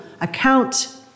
account